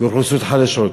לאוכלוסיות חלשות.